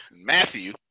Matthew